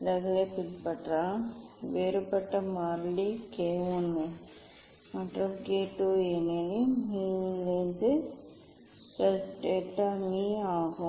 விலகலைப் பின்பற்றலாம் வேறுபட்ட மாறிலி K 1 மற்றும் K 2 ஏனெனில் mu இல் இது ஒரு பிளஸ் டெல்டா மீ ஆகும்